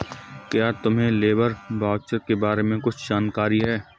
क्या तुम्हें labour voucher के बारे में कुछ जानकारी है?